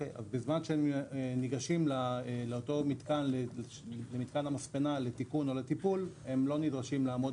בזמן שניגשים למתקן המספנה לצורך תיקון או טיפול הם לא נדרשים לעמוד